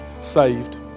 saved